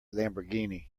lamborghini